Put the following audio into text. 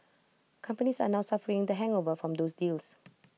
companies are now suffering the hangover from those deals